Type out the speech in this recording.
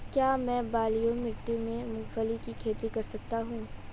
क्या मैं बलुई मिट्टी में मूंगफली की खेती कर सकता हूँ?